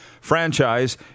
franchise